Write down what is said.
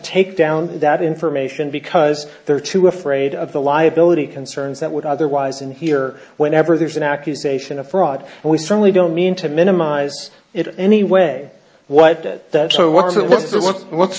take down that information because they're too afraid of the liability concerns that would otherwise and here whenever there's an accusation of fraud we certainly don't mean to minimize it anyway what that so what